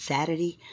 Saturday